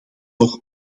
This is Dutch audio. nog